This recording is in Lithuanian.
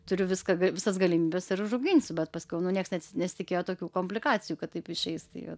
turiu viską visas galimybes ir užauginsiu bet paskiau nu nieks nesitikėjo tokių komplikacijų kad taip išeis tai va